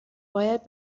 باید